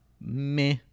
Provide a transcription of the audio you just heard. meh